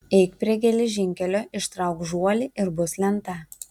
eik prie geležinkelio ištrauk žuolį ir bus lenta